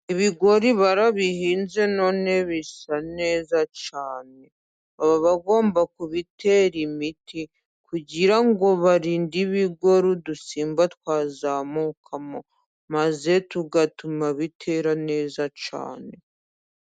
Ibigori barabihinze none bisa neza cyane. Baba bagomba kubitera imiti kugira ngo barinde ibigori udusimba twazamukamo, maze tugatuma bitera neza cyane.